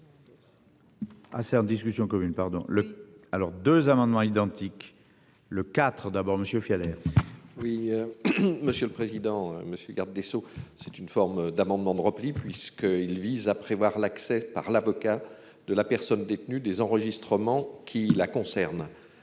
Ah c'est en discussion commune pardon le alors 2 amendements identiques le IV. D'abord monsieur Fischler. Oui. Monsieur le président, monsieur le garde des Sceaux, c'est une forme d'amendement de repli puisque il vise à prévoir l'accès par l'avocat de la personne détenue des enregistrements qui la concerne,